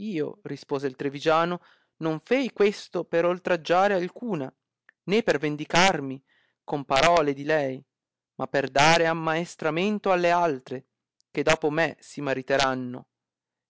io rispose il trivigiano non fei questo per oltraggiare alcuna né per vendicarmi con parole di lei ma per dare ammaestramento alle altre che dopo me si mariteranno